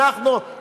אנחנו,